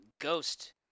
Ghost